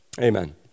amen